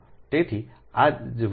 તેથી આ જ વસ્તુ L 2 0